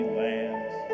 lands